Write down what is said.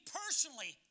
personally